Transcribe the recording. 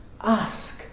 Ask